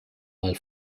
mal